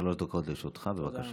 שלוש דקות לרשותך, בבקשה.